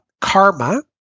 karma